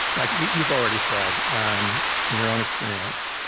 like you've already said, um in your own experience,